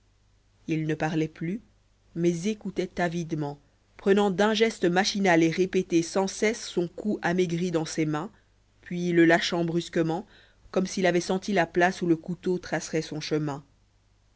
il ne parlait plus mais écoutait avidement prenant d'un geste machinal et répété sans cesse son cou amaigri dans ses mains puis le lâchant brusquement comme s'il avait senti la place où le couteau tracerait son chemin